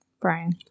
Brian